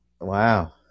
Wow